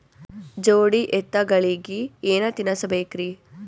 ಜೋಡಿ ಎತ್ತಗಳಿಗಿ ಏನ ತಿನಸಬೇಕ್ರಿ?